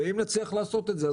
ואם נצליח לעשות את זה,